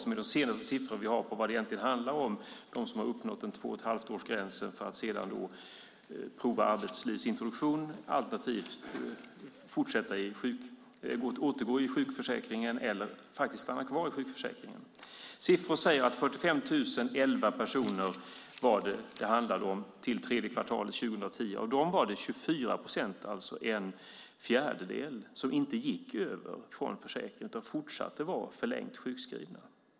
Det är de senaste siffror vi har på vad det egentligen handlar om, de som har uppnått tvåochetthalvtårsgränsen för att sedan prova arbetslivsintroduktion alternativt återgå i sjukförsäkringen eller faktiskt stanna kvar i sjukförsäkringen. Siffror säger att det handlade om 45 011 personer fram till tredje kvartalet 2010. Av dem var det 24 procent, alltså en fjärdedel, som inte gick över från sjukförsäkringen utan fortsatte att vara förlängt sjukskrivna.